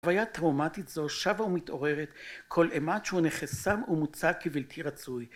חוויה טראומטית זו שבה ומתעוררת כל אמת שהוא נחסם ומוצג כבלתי רצוי